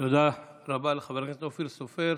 תודה רבה לחבר הכנסת אופיר סופר.